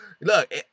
Look